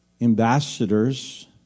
ambassadors